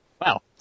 Wow